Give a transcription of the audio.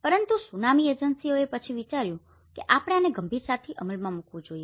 પરંતુ ત્સુનામી એજન્સીઓ એ પછી વિચાર્યું કે આપણે આને ગંભીરતાથી અમલમાં મૂકવું જોઈએ